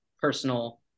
personal